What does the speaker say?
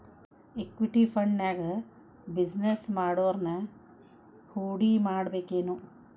Equity ಫಂಡ್ನ್ಯಾಗ business ಮಾಡೊವ್ರನ ಹೂಡಿಮಾಡ್ಬೇಕೆನು?